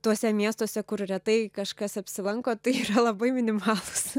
tuose miestuose kur retai kažkas apsilanko tai yra labai minimalūs